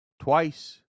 twice